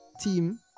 team